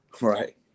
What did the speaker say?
Right